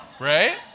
Right